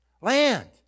land